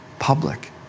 Public